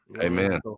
Amen